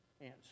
answer